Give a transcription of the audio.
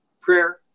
prayer